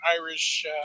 Irish